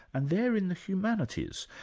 and they're in the humanities.